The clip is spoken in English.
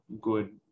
good